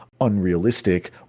unrealistic